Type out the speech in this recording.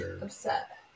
upset